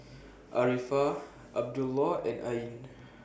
Arifa Abdullah and Ain